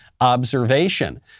observation